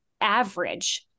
average